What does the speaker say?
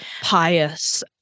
pious